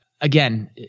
again